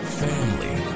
family